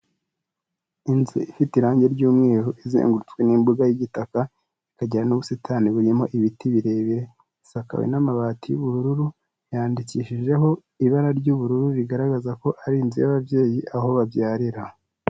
Inzu ifite irangi ry'umweru izengurutswe n'imbuga y'igitaka, ikajyira n'ubusitani burimo ibiti birebire, isakawe n'amabati y'ubururu yandikishijeho ibara ry'ubururu rigaragaza ko ari inzu y'ababyeyi aho babyarira.